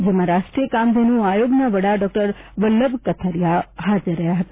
જેમાં રાષ્ટ્રીય કામધેનુ આયોગના વડા ડોકટર વલ્લભ કથિરીયા હાજર રહ્યા હતા